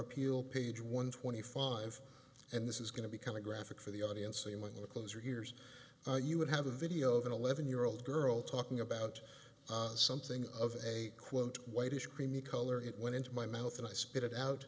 appeal page one twenty five and this is going to become a graphic for the audience a little closer hears you would have a video of an eleven year old girl talking about something of a quote whitish creamy color it went into my mouth and i spit it out